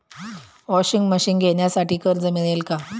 Washing machine घेण्यासाठी कर्ज मिळेल का?